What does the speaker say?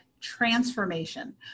transformation